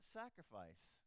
sacrifice